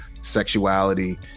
sexuality